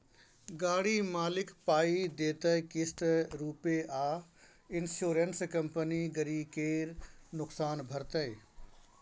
गाड़ी मालिक पाइ देतै किस्त रुपे आ इंश्योरेंस कंपनी गरी केर नोकसान भरतै